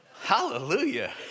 Hallelujah